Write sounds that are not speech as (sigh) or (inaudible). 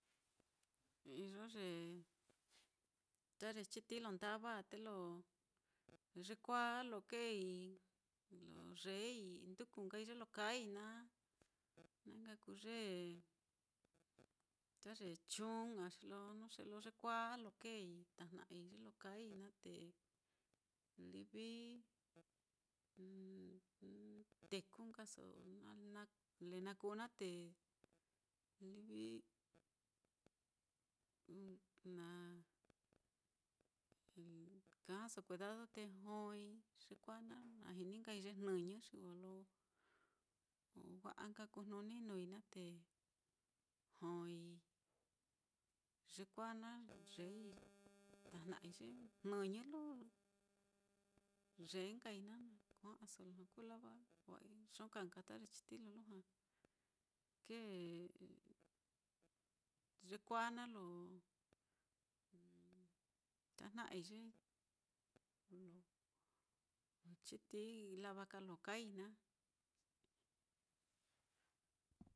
Iyo ye, (noise) ta ye chitií lo ndava á te lo yekuāā á lo keei lo yeei, lo nduku nkai ye lo kaai naá, na nka kuu ta ye chuun á xi lo nuxe lo yekuāā á, keei tajna'ai ye lo kaai naá, livi (hesitation) teku nkaso na-na le na kuu na te livi (hesitation) na kajaso kuedado te jooi yekuāā naá na jini nkai ye jnɨñɨ, xi wa lo wa'a nka kujnuni nuui naá, te jooi yekuāā naá yeei tajna'ai ye jnɨñɨ lo yee nkai naá na ku ja'aso lujua kuu lava wa iyo ka nka ta ye chitií lo lujua kee yekuāā naá lo (hesitation) tajna'ai ye lo ye chiti lava ka lo kaai naá.